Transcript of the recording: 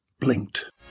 blinked